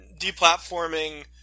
deplatforming